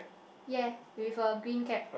ya with a green cap